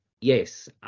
Yes